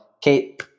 Kate